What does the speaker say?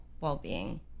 well-being